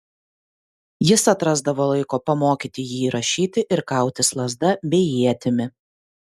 jis atrasdavo laiko pamokyti jį ir rašyti ir kautis lazda bei ietimi